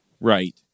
right